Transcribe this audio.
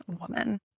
woman